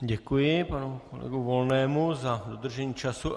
Děkuji panu kolegovi Volnému za dodržení času.